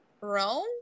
Rome